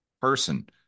person